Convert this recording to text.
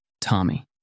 Tommy